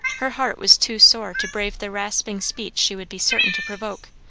her heart was too sore to brave the rasping speech she would be certain to provoke.